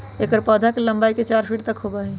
एकर पौधवा के लंबाई चार फीट तक होबा हई